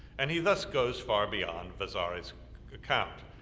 and he thus goes far beyond vasari's account.